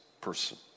person